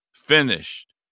finished